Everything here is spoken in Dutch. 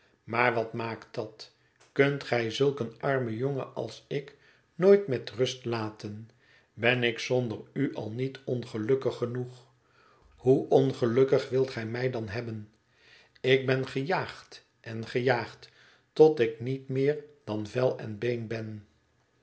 maar wat maakt dat kunt gij zulk een armen jongen als ik nooit met rust laten ben ik zonder u al niet ongelukkig genoeg hoe ongelukkig wilt gij mij dan hebben ik ben gejaagd en gejaagd tot ik niet meer dan vel en been ben